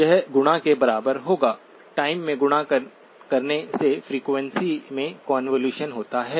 यह गुणा के बराबर होगा टाइम में गुणा करने से फ़्रीक्वेंसी में कोंवोलुशन होता है